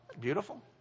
Beautiful